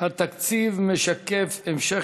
של הרשימה המשותפת: התקציב משקף המשך